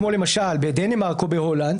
כמו למשל בדנמרק או בהולנד,